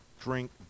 drink